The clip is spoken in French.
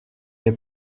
est